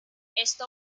esto